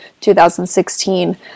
2016